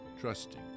trusting